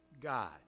God